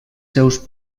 seus